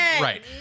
Right